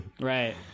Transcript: Right